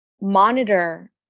monitor